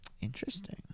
Interesting